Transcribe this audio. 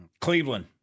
Cleveland